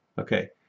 Okay